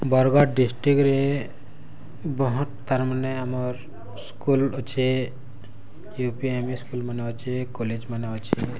ବରଗଡ଼୍ ଡିଷ୍ଟ୍ରିକ୍ଟରେ ବହୁତ୍ ତାର୍ ମାନେ ଆମର୍ ସ୍କୁଲ୍ ଅଛେ U P M E school ମାନେ ଅଛେ କଲେଜ୍ ମାନେ ଅଛେ